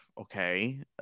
Okay